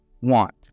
want